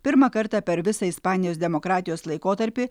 pirmą kartą per visą ispanijos demokratijos laikotarpį